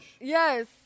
Yes